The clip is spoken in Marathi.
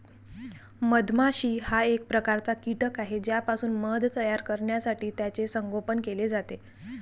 मधमाशी हा एक प्रकारचा कीटक आहे ज्यापासून मध तयार करण्यासाठी त्याचे संगोपन केले जाते